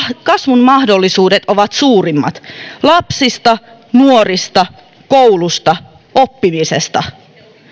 kasvun mahdollisuudet ovat suurimmat lapsista nuorista koulusta oppimisesta